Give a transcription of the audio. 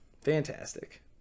Fantastic